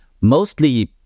mostly